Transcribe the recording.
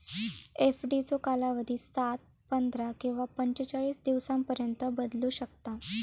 एफडीचो कालावधी सात, पंधरा किंवा पंचेचाळीस दिवसांपर्यंत बदलू शकता